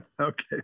Okay